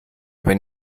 bin